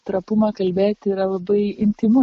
trapumą kalbėti yra labai intymu